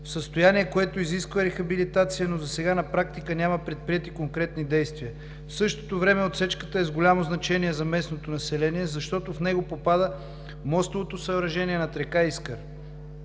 състояние, което изисква рехабилитация, но досега на практика няма предприети конкретни действия. В същото време отсечката е с голямо значение за местното население, защото в него попада мостовото съоръжение над река Искър